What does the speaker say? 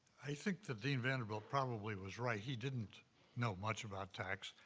i think that dean vanderbilt probably was right. he didn't know much about tax,